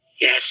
Yes